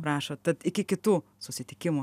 prašo tad iki kitų susitikimų